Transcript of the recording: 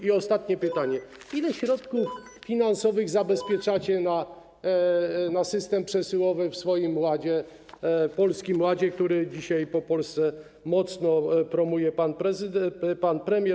I ostatnie pytanie: Ile środków finansowych zabezpieczacie na system przesyłowy w swoim ładzie, Polskim Ładzie, który dzisiaj w Polsce mocno promuje pan premier?